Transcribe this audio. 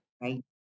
Right